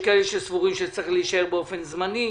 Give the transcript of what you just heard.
יש כאלה שסבורים שזה צריך להישאר באופן זמני.